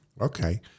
Okay